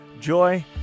Joy